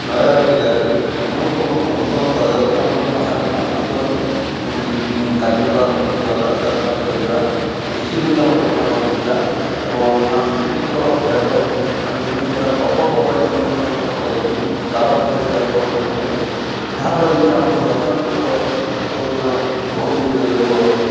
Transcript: ନୟାଗଡ଼ ଜିଲ୍ଲାରେ ଅନୁ ଅନୁସରଣ କରାଯାଉଥିବା ଆମର ସାଧାରଣ ସାମାଜିକ ମାନେ କାର୍ଯ୍ୟକଳାପ ଗୁଡ଼ିକ ହେଲା ଚାଷବାସ କରିବା କୃଷି ହେଉଛି ଆମର ପ୍ରଧାନ ଜୀବିକା ଏବଂ ସାଂସ୍କୃତିକ ଅଭ୍ୟାସ ମାନେ ବିଭିନ୍ନ ପ୍ରକାର ପର୍ବ ପର୍ବାଣିକୁ ମଧ୍ୟ ଅନୁସରଣ କରନ୍ତି ବାର ମାସରେ ତେର ପର୍ବ ହୋଇଥାଏ ଯାହା ଫଳରେକି ଆମର ଜଗନ୍ନାଥଙ୍କର ଭକ୍ତ ମଧ୍ୟ ବହୁତ ଗୁଡ଼ିଏ ଲୋକ